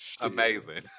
Amazing